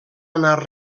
anar